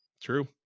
True